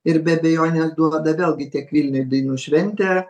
ir be abejonės duoda vėlgi tiek vilniuj dainų šventė